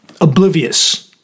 oblivious